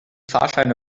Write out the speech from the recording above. fahrscheine